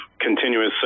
continuous